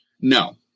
No